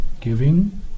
giving